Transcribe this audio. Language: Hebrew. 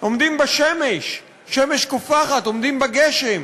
עומדים בשמש, שמש קופחת, עומדים בגשם.